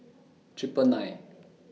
Triple nine